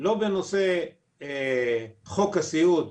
לא בנושא חוק הסיעוד,